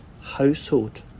household